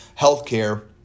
healthcare